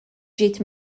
ġiet